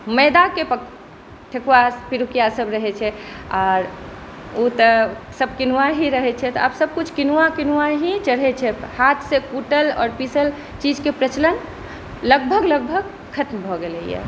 मैदाक पक ठकुआ पिरकियासभ रहै छै आर ओ तऽ सभ कीनुआ ही रहै छै तऽ आब सभ किछु कीनुआ कीनुआ ही चढ़ै छै हाथसे कूटल आओर पीसल चीजके प्रचलन लगभग लगभग खतम भऽ गेलय यऽ